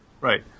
Right